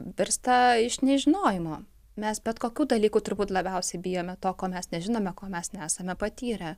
virsta iš nežinojimo mes bet kokių dalykų turbūt labiausiai bijome to ko mes nežinome ko mes nesame patyrę